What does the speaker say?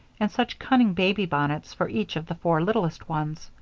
and such cunning baby bonnets for each of the four littlest ones.